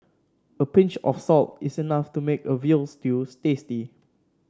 a pinch of salt is enough to make a veal stew tasty